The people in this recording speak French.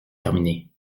terminé